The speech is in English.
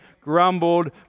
grumbled